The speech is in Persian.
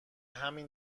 همین